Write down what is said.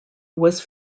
was